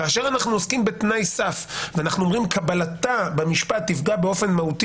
כאשר אנחנו עוסקים בתנאי סף ואנחנו אומרים "קבלתה במשפט תפגע באופן מהותי